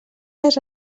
les